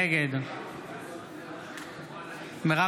נגד מרב